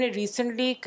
recently